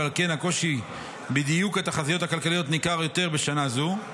על כן הקושי בדיוק התחזיות הכלכליות ניכר יותר בשנה הזו.